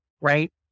right